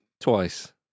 Twice